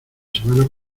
semana